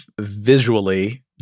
visually